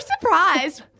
surprised